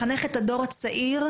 לחנך את הדור הצעיר,